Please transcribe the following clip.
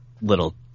Little